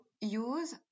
use